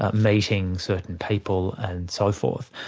ah meeting certain people and so forth.